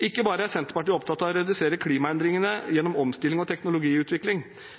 Ikke bare er Senterpartiet opptatt av å redusere klimaendringene